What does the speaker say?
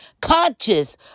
Conscious